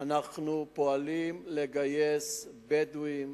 אנחנו פועלים לגייס למשטרה בדואים